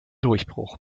durchbruch